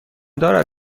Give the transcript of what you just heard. دارد